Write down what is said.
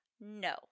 no